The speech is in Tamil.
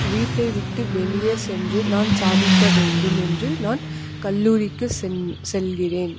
வீட்டை விட்டு வெளியே சென்று நான் சாதிக்க வேண்டும் என்று நான் கல்லூரிக்கு செல்கிறேன்